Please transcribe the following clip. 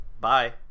bye